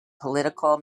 political